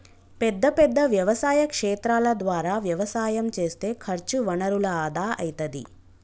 పెద్ద పెద్ద వ్యవసాయ క్షేత్రాల ద్వారా వ్యవసాయం చేస్తే ఖర్చు వనరుల ఆదా అయితది